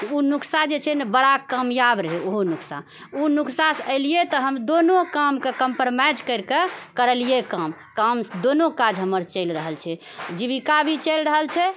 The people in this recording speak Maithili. उ नुक्शा जे रहै ने बड़ा कामयाब रहै उ नुक्शा उ नुक्शा हम एलियै तऽ दोनो कामके कम्प्रोमाइज करिकऽ करलियै काम काम दोनो काम हमर चलि रहल छै जिविका भी चलि रहल छै